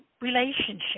relationship